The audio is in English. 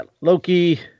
Loki